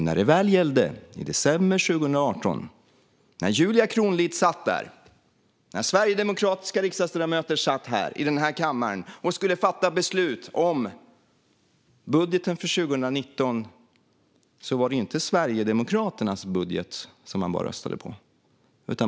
När det väl gällde i december 2018, när Julia Kronlid satt här och när sverigedemokratiska riksdagsledamöter satt i den här kammaren och skulle fatta beslut om budgeten för 2019, var det inte Sverigedemokraternas budget som man röstade på.